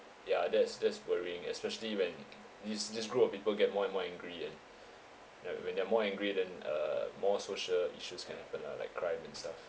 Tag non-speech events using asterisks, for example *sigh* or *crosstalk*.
ya that's that's worrying especially when is this group of people get more and more angry and *breath* then when they are more angry then uh more social issues can happen lah like crime and stuff